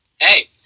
Hey